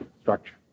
structure